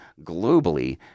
globally